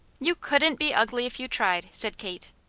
you couldn't be ugly if you tried, said kate.